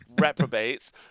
reprobates